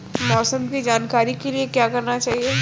मौसम की जानकारी के लिए क्या करना चाहिए?